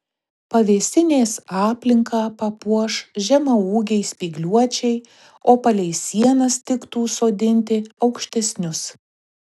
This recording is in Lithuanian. pavėsinės aplinką papuoš žemaūgiai spygliuočiai o palei sienas tiktų sodinti aukštesnius